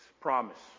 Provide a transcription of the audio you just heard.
promise